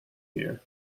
year